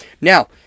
Now